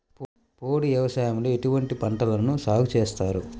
పోడు వ్యవసాయంలో ఎటువంటి పంటలను సాగుచేస్తారు?